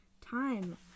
time